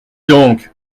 donc